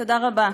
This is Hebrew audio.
תודה רבה.